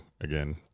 again